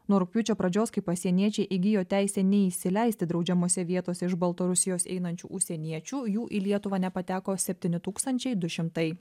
nuo rugpjūčio pradžios kai pasieniečiai įgijo teisę neįsileisti draudžiamose vietose iš baltarusijos einančių užsieniečių jų į lietuvą nepateko septyni tūkstančiai du šimtai